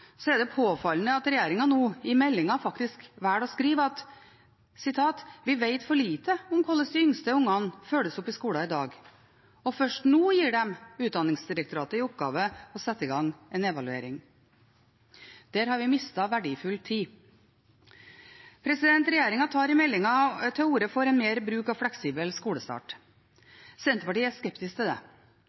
er det påfallende at regjeringen nå i meldingen faktisk velger å skrive: «Vi vet lite om hvordan de yngste barna følges opp i skolen i dag.» Og først nå gir de Utdanningsdirektoratet i oppgave å sette i gang en evaluering. Der har vi mistet verdifull tid. Regjeringen tar i meldingen til orde for mer bruk av fleksibel skolestart. Senterpartiet er skeptisk til det.